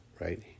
right